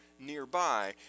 nearby